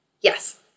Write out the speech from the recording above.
yes